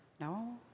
No